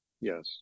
Yes